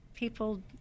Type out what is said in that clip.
people